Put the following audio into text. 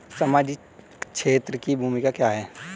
सामाजिक क्षेत्र की भूमिका क्या है?